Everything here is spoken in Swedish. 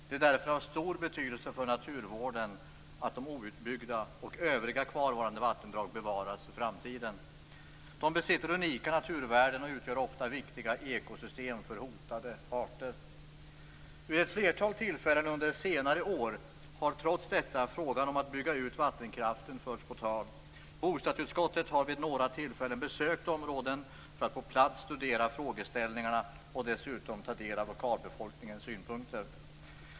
Det är därför av stor betydelse för naturvården att de outbyggda älvarna och övriga kvarvarande vattendrag bevaras för framtiden. De besitter unika naturvärden och utgör ofta viktiga ekosystem för hotade arter. Vid ett flertal tillfällen under senare år har trots detta frågan om att bygga ut vattenkraften förts på tal. Bostadsutskottet har vid några tillfällen besökt områden för att på plats studera frågeställningarna och dessutom ta del av lokalbefolkningens synpunkter.